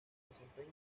desempeño